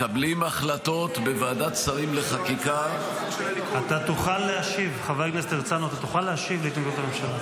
אנחנו מקבלים החלטות בוועדת שרים לחקיקה --- זאת הצעת חוק של הליכוד.